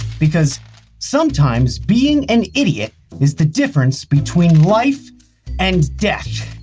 because sometimes being an idiot is the difference between life and death.